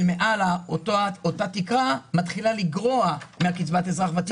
מעל אותה תקרה מתחיל לגרוע מקצבת אזרח ותיק.